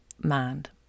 mind